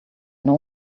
know